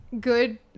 good